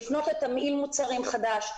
לבנות תמהיל מוצרים חדש.